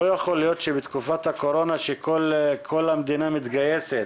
לא יכול להיות שבתקופת הקורונה שכל המדינה מתגייסת